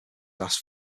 asked